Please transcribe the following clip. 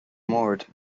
mbord